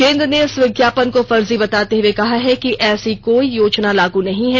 केंद्र ने इस विज्ञापन को फर्जी बताते हुए कहा है कि ऐसी कोई योजना लागू नहीं है